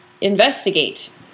investigate